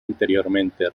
anteriormente